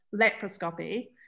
laparoscopy